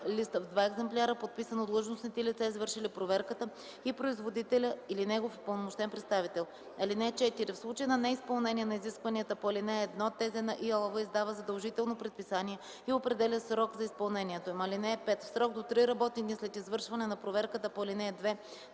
лист в два екземпляра, подписан от длъжностните лица, извършили проверката и производителя или негов упълномощен представител. (4) В случай на неизпълнение на изискванията по ал. 1 ТЗ на ИАЛВ издава задължително предписание и определя срок за изпълнението им. (5) В срок до три работни дни след извършване на проверката по ал. 2